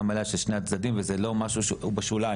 מלאה של שני הצדדים וזה לא משהו שהוא בשוליים.